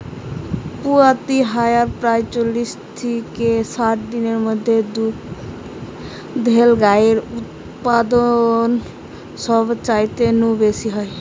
পুয়াতি হয়ার প্রায় চল্লিশ থিকে ষাট দিনের মধ্যে দুধেল গাইয়ের উতপাদন সবচাইতে নু বেশি হয়